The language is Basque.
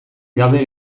gabe